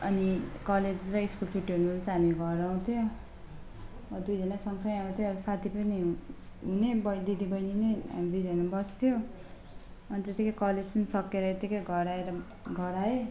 अनि कलेज र स्कुल छुट्टी हुने बेला चाहिँ हामी घर आउँथ्यौँ दुईजना सँगसँगै आउँथ्यौँ अब साथी पनि हुने दिदी बहिनी नै दुईजना बस्थ्यौँ अनि त्यतिकै कलेज पनि सकिएर यतिकै घर आएर घर आएँ